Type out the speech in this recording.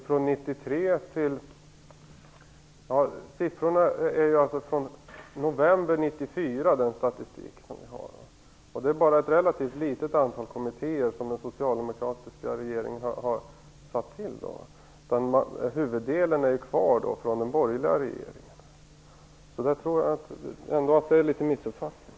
Herr talman! Den statistik som vi har är från november 1994. Det är bara ett relativt litet antal kommittéer som den socialdemokratiska regeringen har tillsatt. Huvuddelen av kommittéerna är tillsatta av den borgerliga regeringen, så jag tror ändå att det är fråga om litet missuppfattning.